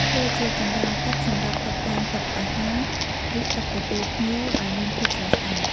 ធ្វើជាកម្រាលតុសម្រាប់តុបតែងតុអាហារ ឬតុទទួលភ្ញៀវឱ្យមានភាពស្រស់ស្អាត។